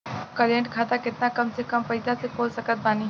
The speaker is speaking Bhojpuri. करेंट खाता केतना कम से कम पईसा से खोल सकत बानी?